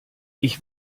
ich